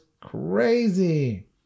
crazy